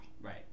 Right